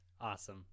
Awesome